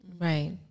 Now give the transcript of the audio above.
Right